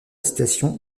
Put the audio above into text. situation